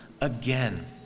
again